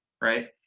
Right